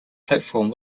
platform